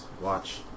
Watch